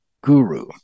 guru